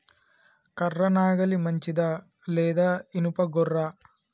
కర్ర నాగలి మంచిదా లేదా? ఇనుప గొర్ర?